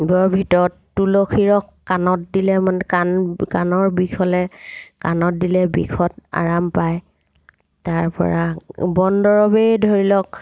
ভিতৰত তুলসী ৰস কাণত দিলে মানে কাণ কাণৰ বিষ হ'লে কাণত দিলে বিষত আৰাম পায় তাৰ পৰা বন দৰৱেই ধৰি লওক